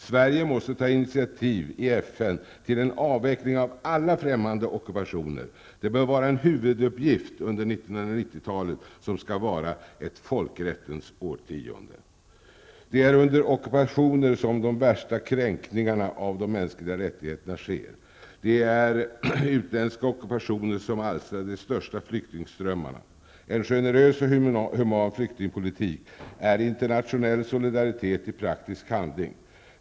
Sverige måste ta initiativ i FN till en avveckling av alla främmande ockupationer. Detta bör vara en huvuduppgift under 1990-talet, som skall vara ett folkrättens årtionde. Det är under ockupationer som de värsta kränkningarna av mänskliga rättigheter sker. Det är utländska ockupationer som alstrar de största flyktingströmmarna. En generös och human flyktingpolitik är internationell solidaritet i praktisk handling.